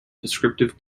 descriptive